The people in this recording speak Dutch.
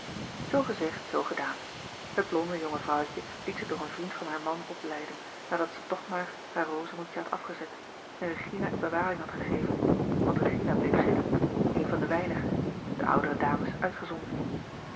gezegd zoo gedaan het blonde jonge vrouwtje liet zich door een vriend van haar man opleiden nadat ze toch maar haar rozenhoedje had afgezet en regina in bewaring had gegeven want regina bleef zitten een van de weinige de oudere dames uitgezonderd